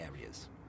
areas